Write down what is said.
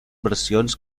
versions